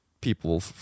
people